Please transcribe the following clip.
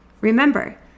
Remember